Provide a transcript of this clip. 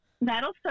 That'll